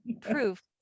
proof